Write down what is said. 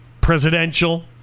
presidential